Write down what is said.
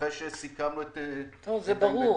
אחרי שסיכמנו את ה --- זה ברור.